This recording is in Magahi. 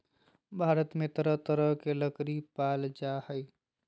भारत में तरह तरह के लकरी पाल जा हइ